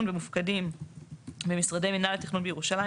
ומופקדים במשרדי מינהל התכנון בירושלים,